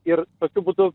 ir tokiu būdu